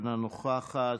אינה נוכחת,